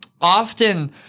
often